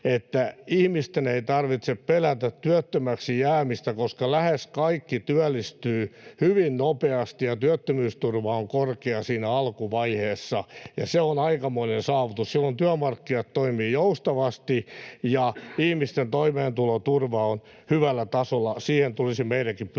ihmisten ei tarvitse pelätä työttömäksi jäämistä, koska lähes kaikki työllistyvät hyvin nopeasti ja työttömyysturva on korkea siinä alkuvaiheessa. Ja se on aikamoinen saavutus. Silloin työmarkkinat toimivat joustavasti ja ihmisten toimeentuloturva on hyvällä tasolla. Siihen tulisi meidänkin pyrkiä.